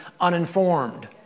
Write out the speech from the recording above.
uninformed